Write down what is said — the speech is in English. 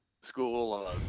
School